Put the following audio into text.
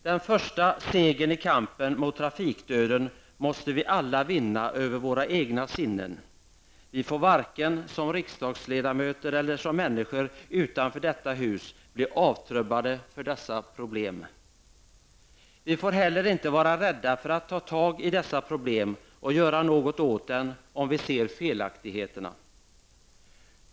Den första segern i kampen mot trafikdöden måste vi alla vinna över våra egna sinnen. Vi får varken som riksdagsledamöter eller som människor utanför detta hus bli avtrubbade för dessa problem. Vi får inte heller vara rädda för att ta tag i problemen och göra något åt dem om vi ser felaktigheterna.